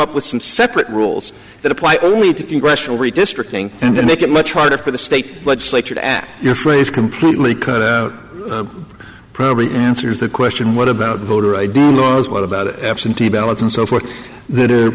up with some separate rules that apply only to congressional redistricting and to make it much harder for the state legislature to act your phrase completely could probably answer the question what about voter i d laws what about absentee ballots and so forth there are